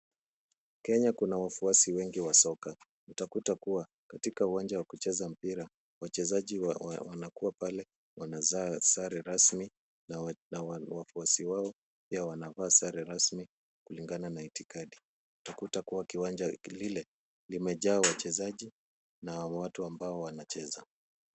Kenya kuna wafuasi wengi wa soka. Utakuta kuwa, katika uwanja wa kucheza mpira, wachezaji wanakuwa pale. Wanavaa sare rasmi na wafuasi wao pia wanavaa sare rasmi kulingana na itikadi. Utakuta kuwa kiwanja kile, limejaa wachezaji na watu ambao wanacheza.